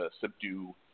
subdue